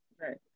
right